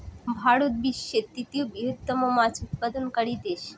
ভারত বিশ্বের তৃতীয় বৃহত্তম মাছ উৎপাদনকারী দেশ